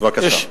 בבקשה.